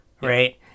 right